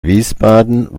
wiesbaden